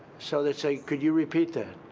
so they say, could you repeat that?